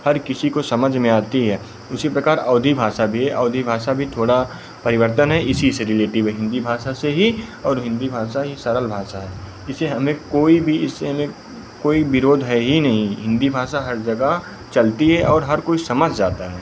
हर किसी को समझ में आती है उसी प्रकार अवधी भाषा भी है अवधी भाषा भी थोड़ा परिवर्तन है इसी से रिलेटिव है हिंदी भाषा से ही और हिंदी भाषा ही सरल भाषा है इसे हमें कोई भी इससे हमें कोई विरोध है ही नहीं हिंदी भाषा हर जगह चलती है और हर कोई समझ जाता है